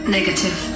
Negative